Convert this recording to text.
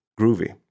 groovy